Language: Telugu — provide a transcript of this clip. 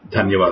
ధన్యవాదాలు